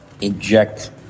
inject